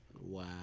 Wow